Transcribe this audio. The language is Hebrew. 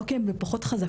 לא כי הן פחות חזקות,